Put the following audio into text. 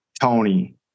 Tony